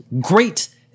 great